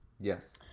Yes